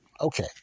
Okay